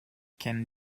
kennen